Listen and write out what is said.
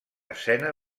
escena